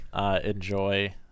enjoy